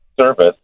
service